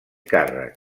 càrrec